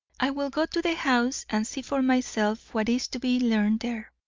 i will go to the house and see for myself what is to be learned there,